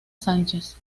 sánchez